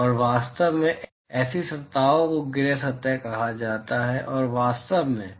और वास्तव में ऐसी सतहों को ग्रे सतह कहा जाता है ऐसी सतहों को ग्रे सतह कहा जाता है